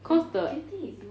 cause the